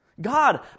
God